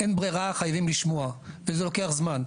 אין ברירה, חייבים לשמוע, וזה לוקח זמן.